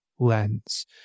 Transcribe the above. lens